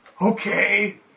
Okay